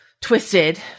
twisted